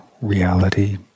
reality